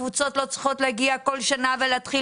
הקבוצות לא צריכות להגיע כל שנה ולהתחיל